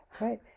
Right